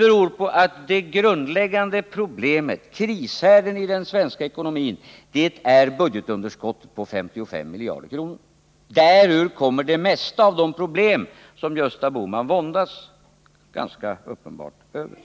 Nej, det grundläggande problemet, krishärden i den svenska ekonomin, är budgetunderskottet på 55 miljarder kronor. Därur kommer det mesta av de problem som Gösta Bohman ganska uppenbart våndas över.